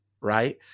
right